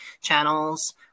channels